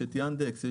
יש "יאנדקס",